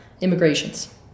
Immigrations